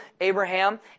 Abraham